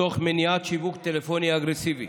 תוך מניעת שיווק טלפוני אגרסיבי.